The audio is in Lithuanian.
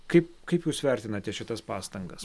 kaip kaip jūs vertinate šitas pastangas